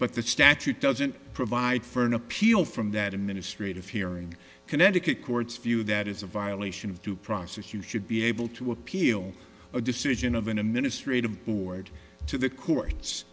but the statute doesn't provide for an appeal from that administrative hearing connecticut courts view that is a violation of due process you should be able to appeal a decision of in a ministry to board to the cour